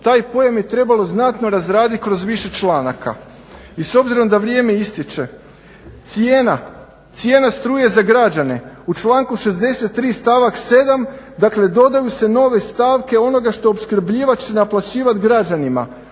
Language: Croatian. Taj pojam je trebalo znatno razraditi kroz više članaka i s obzirom da vrijeme ističe. Cijena struje za građane u članku 63. Stavak 7 dakle dodaju se nove stavke onoga što opskrbljivač naplaćivao građanima.